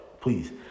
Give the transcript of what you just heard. please